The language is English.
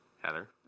Heather